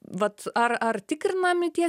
vat ar ar tikrinami tie